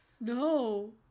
no